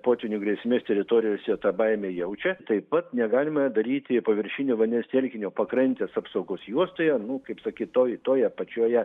potvynių grėsmės teritorijose tą baimę jaučia taip pat negalima daryti paviršinio vandens telkinio pakrantės apsaugos juostoje nu kaip sakyt toje toje pačioje